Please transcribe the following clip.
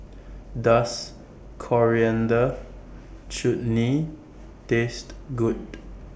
Does Coriander Chutney Taste Good